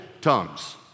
tongues